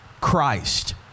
Christ